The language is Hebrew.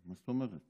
מה זאת אומרת?